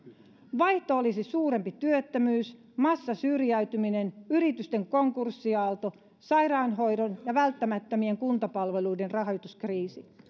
vaihtoehto olisi suurempi työttömyys massasyrjäytyminen yritysten konkurssiaalto sairaanhoidon ja välttämättömien kuntapalveluiden rahoituskriisi